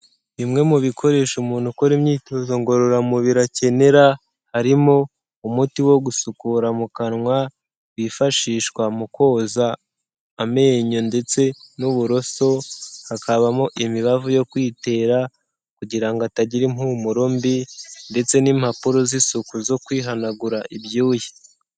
Bimwe mu bikoresho umuntu ukora imyitozo ngororamubiri akenera harimo umuti wo gusukura mu kanwa, wifashishwa mu koza amenyo ndetse n'uburoso, hakabamo imibavu yo kwitera kugira atagira impumuro mbi ndetse n'impapuro z'isuku, zo kwihanagura ibyuya.